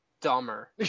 dumber